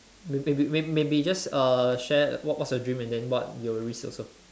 may maybe may maybe just share uh what's what's your dream and then what you will risk also